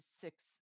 six